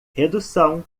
redução